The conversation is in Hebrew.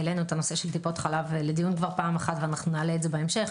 העלינו את הנושא של טיפות חלב לדיון כבר פעם אחת ונעלה את זה בהמשך.